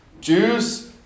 Jews